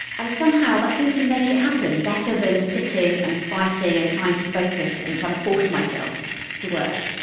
and somehow that seems to make it happen better than sitting and fighting and trying to focus and trying to force myself to work.